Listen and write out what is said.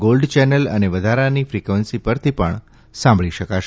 gold channel અને વધારાની frequency પરથી પણ સાંભળી શકાશે